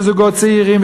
לזוגות צעירים,